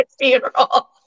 funeral